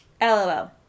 LOL